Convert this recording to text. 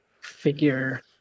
figure